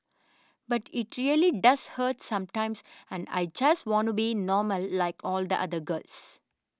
but it really does hurt sometimes and I just wanna be normal like all the other girls